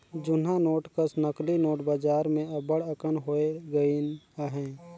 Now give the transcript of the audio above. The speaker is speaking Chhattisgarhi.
जुनहा नोट कस नकली नोट बजार में अब्बड़ अकन होए गइन अहें